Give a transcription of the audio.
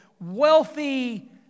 wealthy